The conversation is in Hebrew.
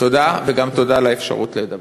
תודה, וגם תודה על האפשרות לדבר.